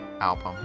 album